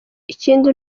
ikindi